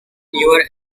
newer